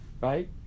right